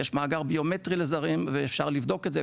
יש מאגר ביומטרי לזרים ואפשר לבדוק את זה,